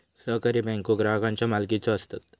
सहकारी बँको ग्राहकांच्या मालकीचे असतत